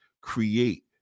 create